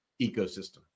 ecosystem